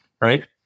Right